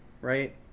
right